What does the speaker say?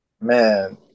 Man